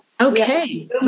Okay